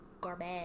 garbage